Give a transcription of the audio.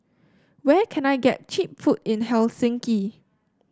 where can I get cheap food in Helsinki